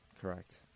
Correct